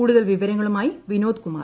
കൂടുതൽ വിവരങ്ങളുമായി വിനോദ് കുമാർ